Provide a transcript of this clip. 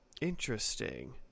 Interesting